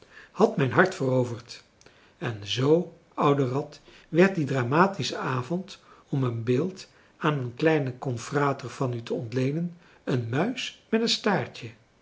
had mijn hart veroverd en zoo oude rat werd die dramatische avond om een beeld aan een kleinen confrater van u te ontleenen een muis met een staartje